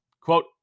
Quote